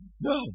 No